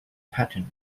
pattern